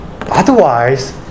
otherwise